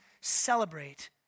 celebrate